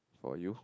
for you